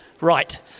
right